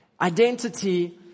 Identity